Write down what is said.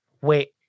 wait